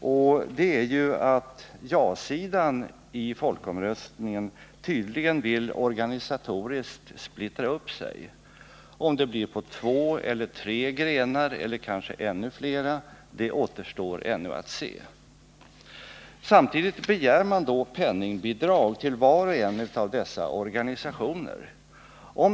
nämligen att ja-sidan inför folkomröstningen tydligen vill splittra upp sig organisatoriskt. Om det blir på två eller tre grenar eller kanske ännu fler, det återstår ännu att se. Man begär nu penningbidrag till var och en av dessa organisationer.